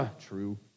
True